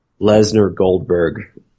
Lesnar-Goldberg